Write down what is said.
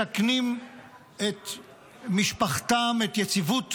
מסכנים את משפחתם, את היציבות